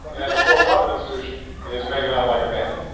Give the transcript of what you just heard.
and the for-profit institution is making out like a bandit.